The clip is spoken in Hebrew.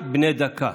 נאומים בני דקה.